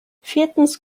viertens